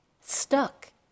stuck